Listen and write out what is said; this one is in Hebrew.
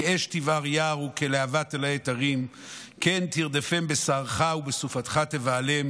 כאש תבער יער וכלהבה תלהט הרים כן תרדפם בסערך ובסופתך תבהלם.